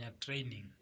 training